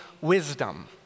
wisdom